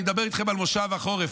אני מדבר איתכם על מושב החורף,